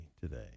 today